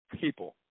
people